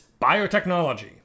biotechnology